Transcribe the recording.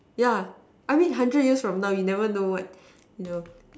yeah I mean hundred years from now you never know what you know